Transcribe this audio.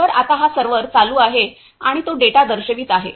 तर आता हा सर्व्हर चालू आहे आणि तो डेटा दर्शवित आहे